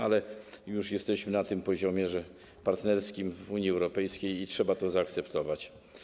Ale już jesteśmy na poziomie partnerskim w Unii Europejskiej i trzeba to zaakceptować.